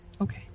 okay